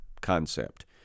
concept